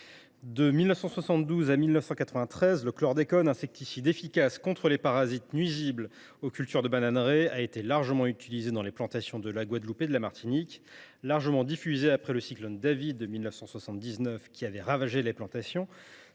De 1972 à 1993, le chlordécone, insecticide efficace contre les parasites nuisibles aux cultures dans les bananeraies, a été largement utilisé dans les plantations de la Guadeloupe et de la Martinique. Cette molécule, largement diffusée après l’ouragan David de 1979, qui avait ravagé les plantations,